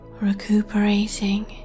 recuperating